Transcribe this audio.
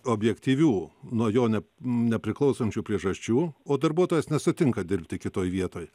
objektyvių nuo jo ne nepriklausančių priežasčių o darbuotojas nesutinka dirbti kitoj vietoj